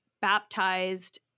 baptized